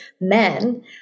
men